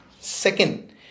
Second